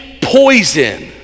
poison